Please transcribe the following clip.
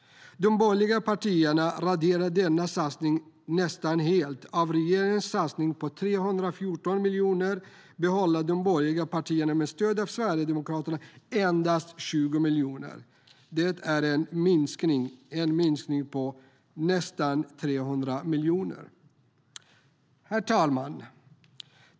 De borgerliga partierna raderar denna satsning nästan helt. Av regeringens satsning på 314 miljoner behåller de borgerliga partierna med stöd av Sverigedemokraterna endast 20 miljoner. Det är en minskning med nästan 300 miljoner. Herr talman!